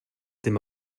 dydd